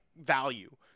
value